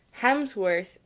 Hemsworth